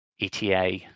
ETA